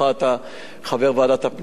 אתה חבר ועדת הפנים,